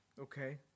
Okay